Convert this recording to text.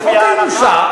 בחוק הירושה,